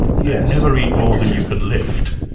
yeah never eat more than you can lift.